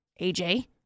AJ